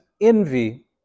envy